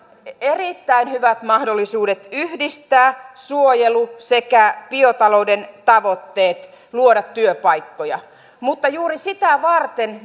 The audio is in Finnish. erittäin hyvät mahdollisuudet yhdistää suojelu sekä biotalouden tavoitteet luoda työpaikkoja mutta juuri sitä varten